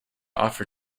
offer